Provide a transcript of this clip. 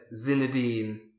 Zinedine